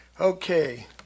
Okay